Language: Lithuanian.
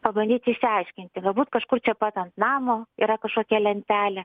pabandyti išsiaiškinti galbūt kažkur čia pat ant namo yra kažkokia lentelė